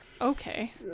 Okay